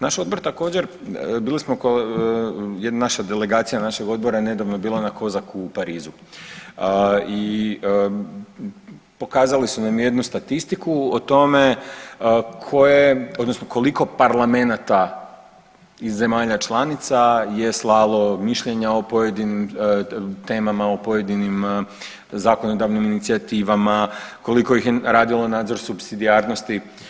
Naš odbor također, bili smo naša delegacija našeg odbora nedavno je bila na COSAC-u u Parizu i pokazali su nam jednu statistiku o tome odnosno koliko parlamenata iz zemalja članica je slalo mišljenja o pojedinim temama, o pojedinim zakonodavnim inicijativama, koliko ih je radilo nadzor supsidijarnosti.